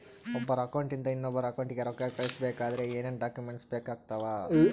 ಒಬ್ಬರ ಅಕೌಂಟ್ ಇಂದ ಇನ್ನೊಬ್ಬರ ಅಕೌಂಟಿಗೆ ರೊಕ್ಕ ಕಳಿಸಬೇಕಾದ್ರೆ ಏನೇನ್ ಡಾಕ್ಯೂಮೆಂಟ್ಸ್ ಬೇಕಾಗುತ್ತಾವ?